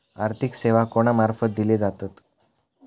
आर्थिक सेवा कोणा मार्फत दिले जातत?